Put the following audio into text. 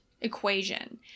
equation